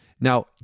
Now